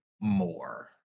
more